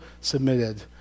submitted